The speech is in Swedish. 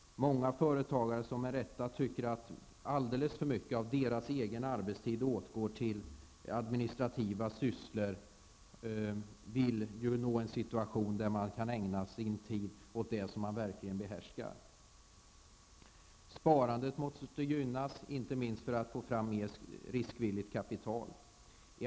Många företagare tycker, med rätta, att alltför mycket av deras arbetstid åtgår till administrativa sysslor när de vill ägna sin tid till det som de verkligen behärskar. Sparandet måste gynnas, inte minst för att vi skall få fram mer riskvilligt kapital.